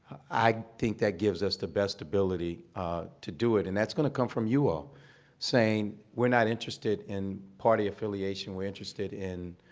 i think that gives us the best ability to do it. and that's going to come from you all saying we're not interested in party affiliation, we're interested in